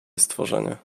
stworzenie